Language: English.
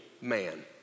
man